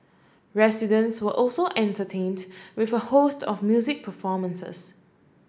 residents were also entertained with a host of music performances